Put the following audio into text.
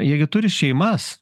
jie gi turi šeimas